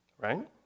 Right